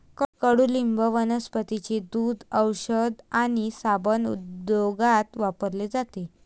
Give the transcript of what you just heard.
कडुनिंब वनस्पतींचे दूध, औषध आणि साबण उद्योगात वापरले जाते